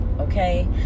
okay